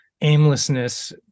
aimlessness